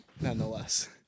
nonetheless